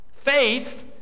Faith